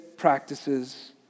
practices